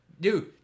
dude